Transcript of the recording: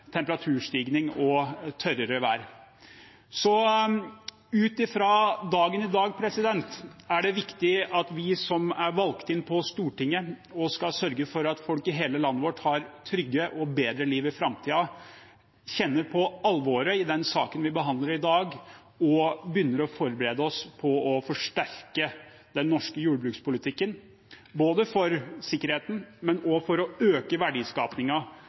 temperaturstigning og tørrere vær. Ut fra dagen i dag er det viktig at vi som er valgt inn på Stortinget og skal sørge for at folk i hele landet vårt har trygge og bedre liv i framtiden, kjenner på alvoret i den saken vi behandler i dag, og begynner å forberede oss på å forsterke den norske jordbrukspolitikken – for sikkerheten, men også for å øke